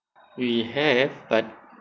we have but